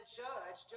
judge